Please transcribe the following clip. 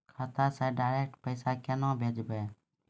खाता से डायरेक्ट पैसा केना भेजबै?